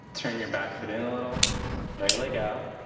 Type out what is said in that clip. turn your back foot in a little right leg out.